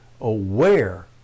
aware